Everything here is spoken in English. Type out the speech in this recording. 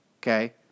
Okay